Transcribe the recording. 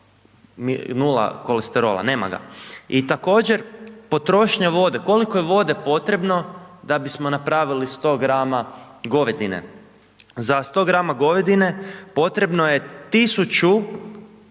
0 kolesterola, nema ga. I također, potrošnja vode, koliko je vode potrebno da bismo napravili 100 gr. govedine? Za 100 gr. govedine potrebno je 1480